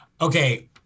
Okay